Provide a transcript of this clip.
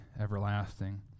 everlasting